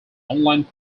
online